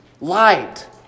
light